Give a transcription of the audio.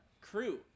crew